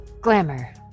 Glamour